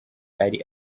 ari